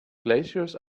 glaciers